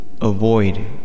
avoid